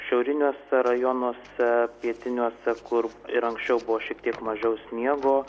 šiauriniuose rajonuose pietiniuose kur ir anksčiau buvo šiek tiek mažiau sniego